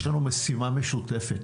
יש לנו משימה משותפת.